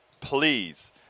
please